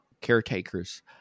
caretakers